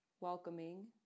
Welcoming